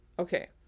Okay